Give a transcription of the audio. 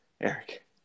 Eric